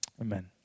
Amen